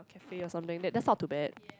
or cafe or something that's that's not too bad